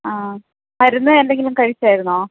ആ മരുന്ന് എന്തെങ്കിലും കഴിച്ചായിരുന്നോ